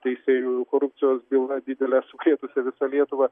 teisėjų korupcijos byla didele sukrėtusia visą lietuvą